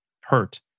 hurt